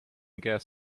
gas